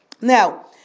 Now